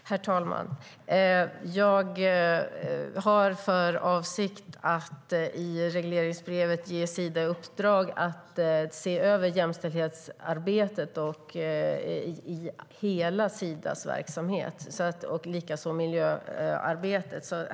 Herr talman! Det jag var på väg att säga var att vi har för avsikt att i regleringsbrevet ge Sida i uppdrag att se över jämställdhetsarbetet i hela sin verksamhet. Detsamma gäller miljöarbetet.